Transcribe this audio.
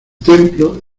templo